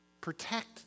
Protect